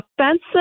offensive